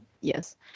Yes